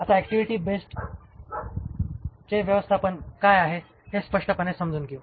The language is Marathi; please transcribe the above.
आता ऍक्टिव्हिटी बेस्डचे व्यवस्थापन काय आहे हे स्पष्टपणे समजून घेऊ